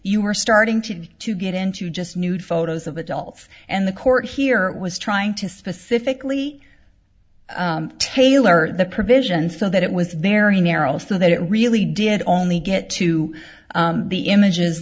you were starting to to get into just nude photos of adults and the court here was trying to specifically taylor the provision so that it was very narrow so that it really did only get to the images